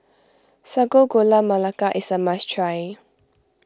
Sago Gula Melaka is a must try